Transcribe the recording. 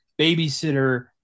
babysitter